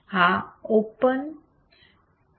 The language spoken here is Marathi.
हा ओपन गेन ऍम्प्लिफायर आहे